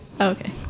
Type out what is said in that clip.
okay